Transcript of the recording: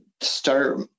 start